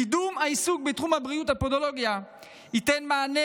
קידום העיסוק בתחום הבריאות הפודולוגי ייתן מענה